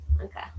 okay